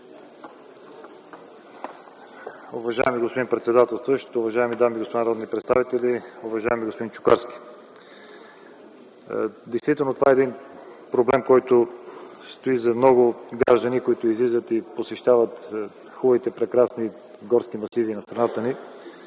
Уважаеми господин председател, уважаеми дами и господа народни представители, уважаеми господин Чукарски! Действително, това е проблем за много граждани, които излизат и посещават хубавите, прекрасни горски масиви на страната ни.